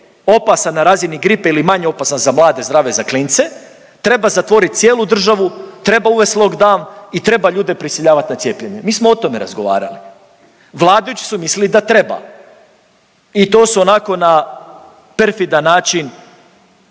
opasan na razini gripe ili manje opasan za mlade, zdrave, za klince, treba zatvorit cijelu državu, treba uvest lock down i treba ljude prisiljavat na cijepljenje. Mi smo o tome razgovarali. Vladajući su mislili da treba i to su onako na perfidan način